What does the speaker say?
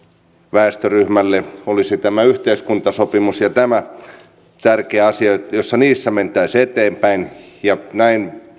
väestöryhmälle olisi tämä yhteiskuntasopimus tärkeä asia ja jos siinä mentäisiin eteenpäin näin